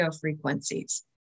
frequencies